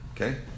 Okay